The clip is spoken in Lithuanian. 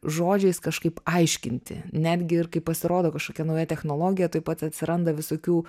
žodžiais kažkaip aiškinti netgi ir kai pasirodo kažkokia nauja technologija tuoj pat atsiranda visokių